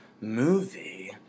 movie